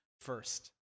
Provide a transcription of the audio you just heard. first